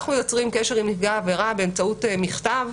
אנחנו יוצרים קשר עם נפגע העבירה באמצעות מכתב,